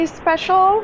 special